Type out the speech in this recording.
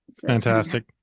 Fantastic